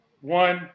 One